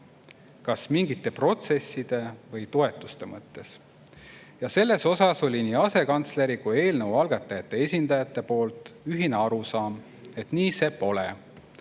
kas mingite protsesside või toetuste mõttes? Ja selles osas oli nii asekantsleri kui eelnõu algatajate esindajatel ühine arusaam, et nii see pole.